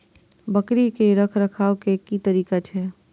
बकरी के रखरखाव के कि तरीका छै?